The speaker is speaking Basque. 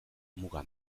muga